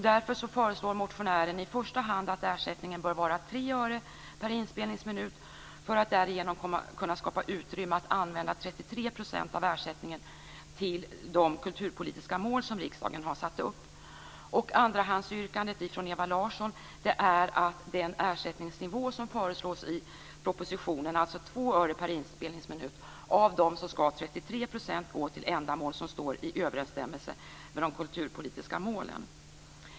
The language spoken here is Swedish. Därför föreslår motionären i första hand att ersättningen bör vara 3 öre per inspelningsminut för att man därigenom skall kunna skapa utrymme att använda 33 % av ersättningen till de kulturpolitiska mål som riksdagen har satt upp. Andrahandsyrkandet från Ewa Larsson är att av den ersättningsnivå som föreslås i propositionen, alltså 2 öre per inspelningsminut, skall 33 % gå till ändamål som står i överensstämmelse med de kulturpolitiska målen.